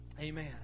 amen